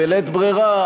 בלית ברירה,